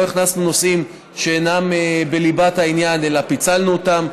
לא הכנסנו נושאים שאינם בליבת העניין אלא פיצלנו אותם.